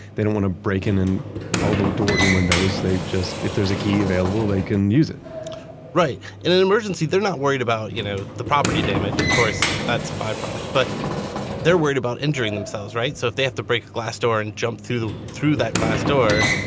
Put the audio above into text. they don't want to break in in all the doors and windows. they just, if there's a key available, they can use it right. in an emergency, they're not worried about you know the property damage, of course, that's a byproduct, but they're worried about injuring themselves. right? so if they have to break a glass door and jump through that glass door,